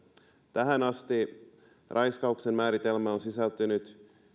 tähän asti raiskauksen määritelmä on